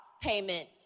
Payment